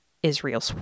Israel